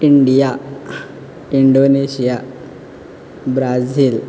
India Indonesia Brazil